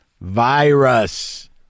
Virus